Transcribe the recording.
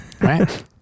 Right